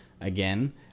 again